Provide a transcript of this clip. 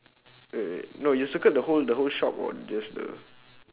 wait wait no you circled the whole the whole shop or just the